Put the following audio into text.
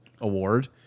award